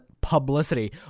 publicity